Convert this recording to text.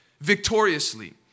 victoriously